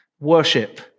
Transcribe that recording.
worship